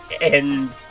And-